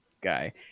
guy